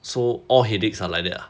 so all headaches are like that lah